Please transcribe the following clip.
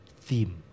theme